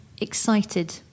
excited